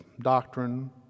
Doctrine